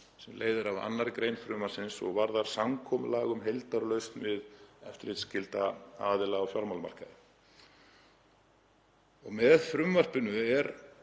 sem leiðir af 2. gr. frumvarpsins og varðar samkomulag um heildarlausn við eftirlitsskylda aðila á fjármálamarkaði. Með frumvarpinu er